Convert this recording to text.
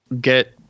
get